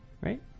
Right